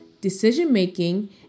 decision-making